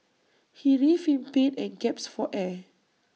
he writhed in pain and gasped for air